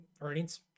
earnings